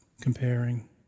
comparing